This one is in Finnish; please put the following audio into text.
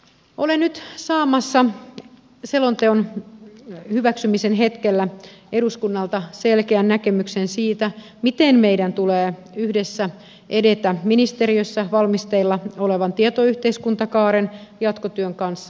olen nyt saamassa selonteon hyväksymisen hetkellä eduskunnalta selkeän näkemyksen siitä miten meidän tulee yhdessä edetä ministeriössä valmisteilla olevan tietoyhteiskuntakaaren jatkotyön kanssa